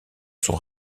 son